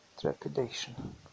trepidation